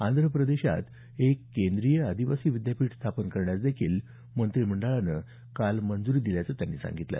आंध्रप्रदेशात एक केंद्रीय आदिवासी विद्यापीठ स्थापन करण्यासदेखील मंत्रिमंडळानं मंजुरी दिल्याचं त्यांनी सांगितलं